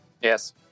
Yes